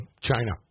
China